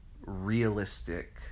realistic